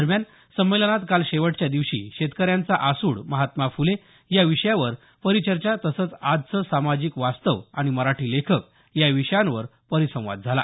दरम्यान संमेलनात काल शेवटच्या दिवशी शेतकऱ्यांचा आसूड महात्मा फुले या विषयावर परिचर्चा तसंच आजचं सामाजिक वास्तव आणि मराठी लेखक या विषयावर परिसंवाद झाला